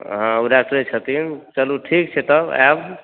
हाँ ओ डाक्टरे छथिन चलू ठीक छै तब आयब